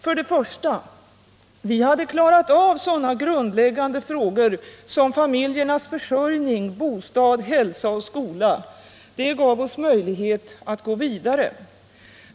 För det första: Vi hade klarat av de grundläggande frågorna om familjernas försörjning, bostad, hälsa och skola. Det gav oss möjlighet att gå vidare.